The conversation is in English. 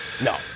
No